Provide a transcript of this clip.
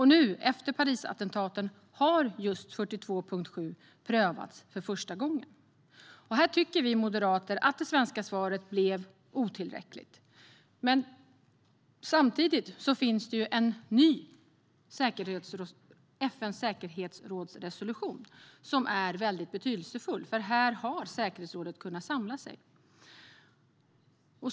Efter Parisattentaten har artikel 42.7 prövats för första gången, och vi moderater tycker att det svenska svaret var otillräckligt. Samtidigt finns en resolution från FN:s säkerhetsråd som är betydelsefull, för här har säkerhetsrådet kunnat samla sig.